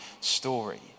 story